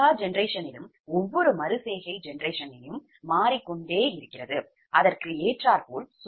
எல்லா generationயிலும் ஒவ்வொரு மறு செய்கை generationயும் மாறிக்கொண்டே இருக்கிறது அதற்கு ஏற்றாற்போல்